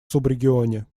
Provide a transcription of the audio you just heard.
субрегионе